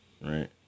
right